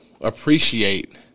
appreciate